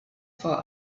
for